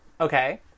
Okay